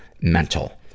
MENTAL